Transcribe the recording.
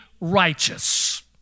righteous